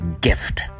Gift